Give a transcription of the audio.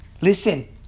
Listen